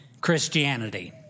Christianity